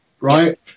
right